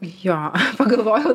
jo pagalvojau